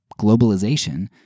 globalization